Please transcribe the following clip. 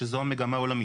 שזו המגמה העולמית.